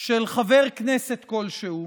של חבר כנסת כלשהו,